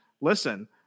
Listen